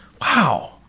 Wow